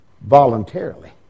voluntarily